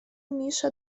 миша